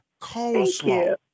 Coleslaw